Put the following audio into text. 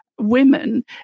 women